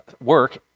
work